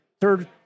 third